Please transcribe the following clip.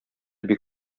бик